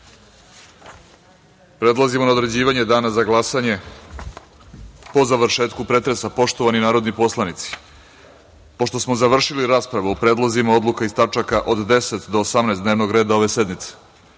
učešću. Prelazimo na određivanje Dana za glasanje po završetku pretresa. Poštovani narodni poslanici, pošto smo završili raspravu o predlozima odluka iz tačka od 10. do 18. dnevnog reda ove sednice,